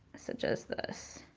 such as this.